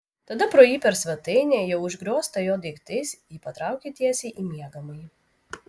tada pro jį per svetainę jau užgrioztą jo daiktais ji patraukė tiesiai į miegamąjį